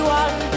one